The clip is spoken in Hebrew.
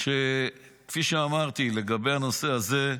שכפי שאמרתי, לגבי הנושא הזה,